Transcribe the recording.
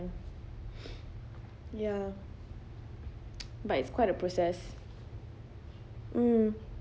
ya but it's quite a process mm